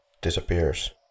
disappears